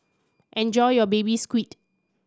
enjoy your Baby Squid